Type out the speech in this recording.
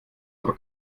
aber